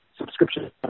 subscription